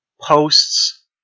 posts